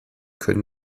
können